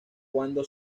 cuando